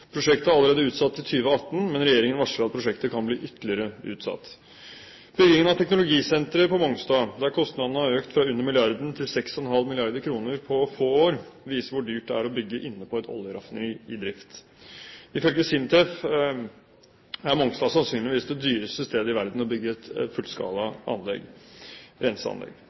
Prosjektet er allerede utsatt til 2018, men regjeringen varsler at prosjektet kan bli ytterligere utsatt. Byggingen av teknologisenteret på Mongstad, der kostnadene har økt fra under milliarden til 6,5 mrd. kr på få år, viser hvor dyrt det er å bygge inne på et oljeraffineri i drift. Ifølge SINTEF er Mongstad sannsynligvis det dyreste stedet i verden å bygge et fullskala renseanlegg.